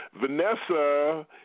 Vanessa